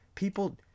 People